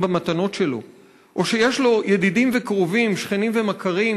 במתנות שלו/ או שיש לו/ ידידים וקרובים/ שכנים ומכרים,